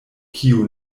kiu